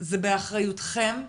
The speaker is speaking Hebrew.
זה באחריותכם,